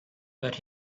but